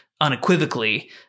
unequivocally